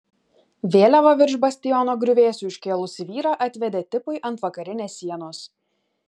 vėliavą virš bastiono griuvėsių iškėlusį vyrą atvedė tipui ant vakarinės sienos